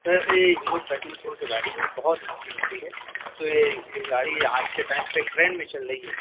سر Hero fashion pro جو گاڑی ہے بہت اچھی گاڑی ہے تو یہ جو گاڑی آج کے ٹام پہ ٹرینڈ میں چل رہی ہے